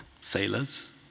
sailors